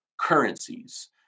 currencies